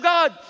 God